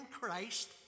Christ